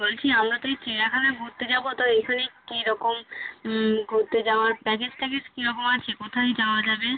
বলছি আমরা তো এই চিড়িয়াখানা ঘুরতে যাবো তো এইখানে কী রকম ঘুরতে যাওয়ার প্যাকেজ ট্যাকেজ কী রকম আছে কোথায় যাওয়া যাবে